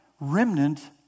remnant